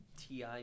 TI